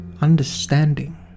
understanding